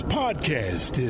podcast